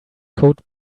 code